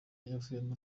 yavuyemo